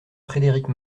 frédérique